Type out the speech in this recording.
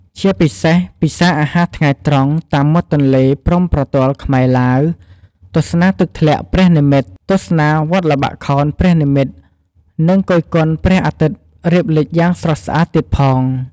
ជាពិសេស ពិសារអាហារថ្ងៃត្រង់តាមមាត់ទន្លេព្រំប្រទល់ខ្មែរ-ឡាវ-ទស្សនាទឹកធ្លាក់ព្រះនិម្មិតទស្សនា វត្តល្បាក់ខោនព្រះនិម្មិត និង គយគន់ព្រះអាទិត្យរៀបលិចយ៉ាងស្រស់ស្អាតទៀតផង។